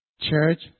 church